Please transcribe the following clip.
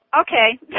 okay